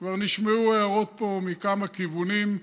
כבר נשמעו הערות פה מכמה כיוונים,